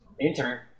Intern